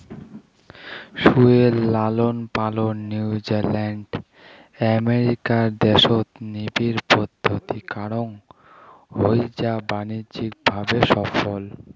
শুয়োর লালনপালন New Zealand, America দ্যাশত নিবিড় পদ্ধতিত করাং হই যা বাণিজ্যিক ভাবে সফল